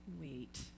Wait